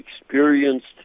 experienced